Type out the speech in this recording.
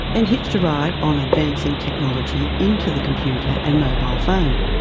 then hitched a ride on advancing technology into the computer and mobile phone.